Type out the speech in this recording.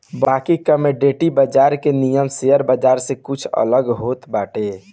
बाकी कमोडिटी बाजार के नियम शेयर बाजार से कुछ अलग होत बाटे